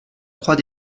croix